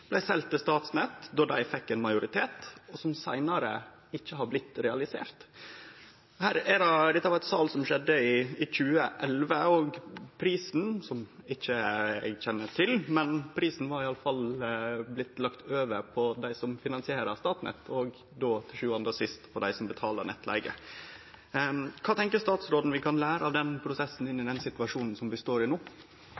blei greidd ut, og som blei selt til Statnett då dei fekk ein majoritet, men som seinare ikkje er blitt realisert. Dette var eit sal som skjedde i 2011, og prisen – som eg ikkje kjenner til – var blitt lagd over på dei som finansierer Statnett, og då til sjuande og sist på dei som betaler nettleige. Kva tenkjer statsråden vi kan lære av den prosessen